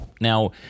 now